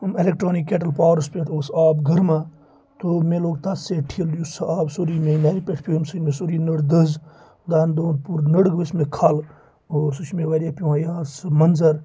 electronic kettle پاورَس پٮ۪ٹھ اوس آب گرما تو مےٚ لوٚگ تَتھ سۭتۍ ٹھل یُس سُہ آب سورُے مےٚ نَرِ پٮ۪ٹھ پیٚو ییٚمہِ سۭتۍ مےٚ سورُے نٔر دٔز دَہَن دۄہَن پوٗرٕ نٔر ؤژھۍ مےٚ کھَل اور سُہ چھُ مےٚ واریاہ پیٚوان یاد سُہ منظر